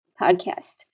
podcast